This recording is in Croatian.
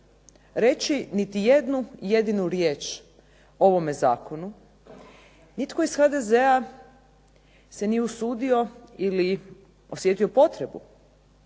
reći niti jednu jedinu riječ o ovome zakonu, nitko iz HDZ-a se nije usudio ili osjetio potrebu